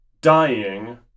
dying